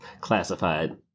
classified